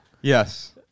yes